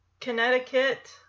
Connecticut